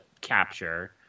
capture